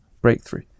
breakthrough